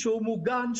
שהוא מוגן,